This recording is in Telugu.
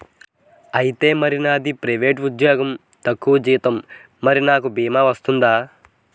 ఐతే మరి నాది ప్రైవేట్ ఉద్యోగం తక్కువ జీతం మరి నాకు అ భీమా వర్తిస్తుందా?